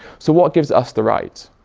so what gives us the right?